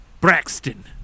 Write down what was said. Braxton